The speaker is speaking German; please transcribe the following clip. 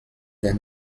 der